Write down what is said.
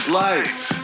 lights